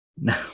no